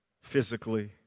physically